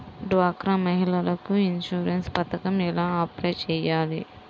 డ్వాక్రా మహిళలకు ఇన్సూరెన్స్ పథకం ఎలా అప్లై చెయ్యాలి?